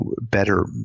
better